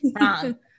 Wrong